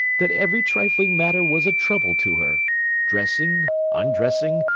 that every trifling matter was a trouble to her dressing, undressing,